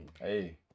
Hey